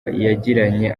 yagiranye